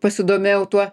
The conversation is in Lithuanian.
pasidomėjau tuo